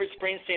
Springsteen